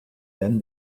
then